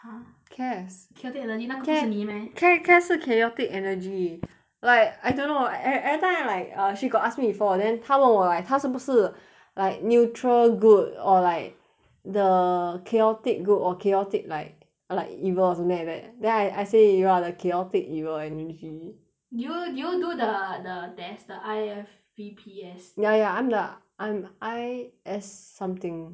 !huh! cas chaotic energy 那个不 ca~ 是你 meh ca~ cas 是 chaotic energy like I don't know e~ every time like err she got ask me before then 她问我 like 她是不是 like neutral good or like the chaotic good or chaotic like like evil or something like that then I I say you are the chaotic evil and she did you did you do the the test the I_F_V_P_S ya ya I'm the I'm I S something